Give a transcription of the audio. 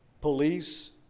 police